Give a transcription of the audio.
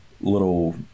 little